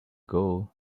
gold